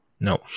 No